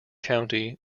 county